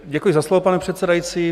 Děkuji za slovo, pane předsedající.